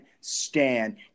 stand